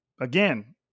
again